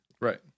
Right